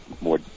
more